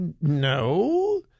no